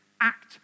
act